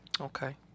Okay